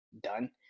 done